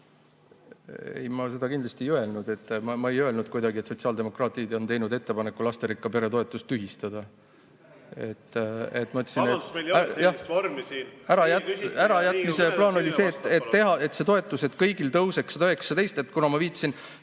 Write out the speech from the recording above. Ei, ma seda kindlasti ei öelnud. Ma ei öelnud kuidagi, et sotsiaaldemokraadid on teinud ettepaneku lasterikka pere toetus tühistada. Ma ütlesin ...